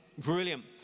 Brilliant